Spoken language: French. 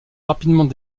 rapidement